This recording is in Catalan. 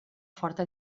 forta